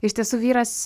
iš tiesų vyras